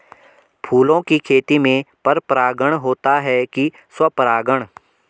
फूलों की खेती में पर परागण होता है कि स्वपरागण?